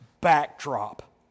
backdrop